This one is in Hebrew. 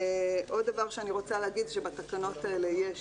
עוד דבר שאני רוצה להגיד, בתקנות האלה יש